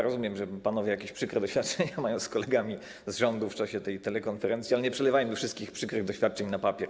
Rozumiem, że panowie mają jakieś przykre doświadczenia z kolegami z rządu w czasie telekonferencji, ale nie przelewajmy wszystkich przykrych doświadczeń na papier.